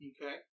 Okay